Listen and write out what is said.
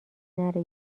نره